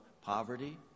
poverty